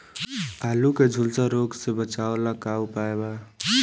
आलू के झुलसा रोग से बचाव ला का उपाय बा?